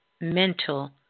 mental